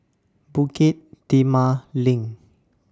Bukit Timah LINK